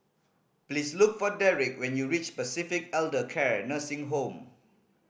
please look for Derek when you reach Pacific Elder Care Nursing Home